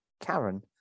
Karen